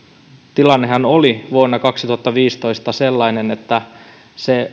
tilannehan oli vuonna kaksituhattaviisitoista sellainen että se